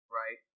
right